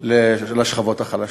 לשכבות החלשות.